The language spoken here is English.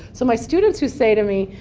so my students who say to me,